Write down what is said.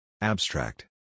Abstract